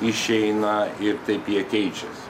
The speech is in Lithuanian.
išeina ir taip jie keičias